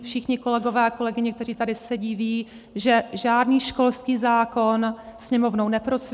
Všichni kolegové a kolegyně, kteří tady sedí, vědí, že žádný školský zákon Sněmovnou neprosviští.